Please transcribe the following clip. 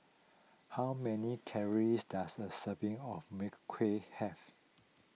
how many calories does a serving of Mui Kui have